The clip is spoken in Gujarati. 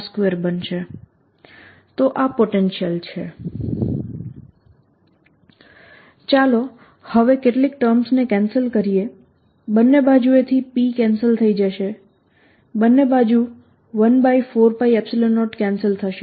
rr214π04π3R3Psinθ cosϕr2 ચાલો હવે કેટલીક ટર્મ્સ ને કેન્સલ કરીએ બંને બાજુએથી P કેન્સલ થઈ જશે બંને બાજુ 14π0 કેન્સલ થશે